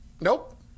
Nope